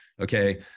okay